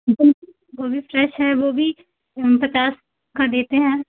एकदम वह भी फ्रेस है वह भी पचास का देते हैं